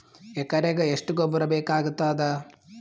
ಎಕರೆಗ ಎಷ್ಟು ಗೊಬ್ಬರ ಬೇಕಾಗತಾದ?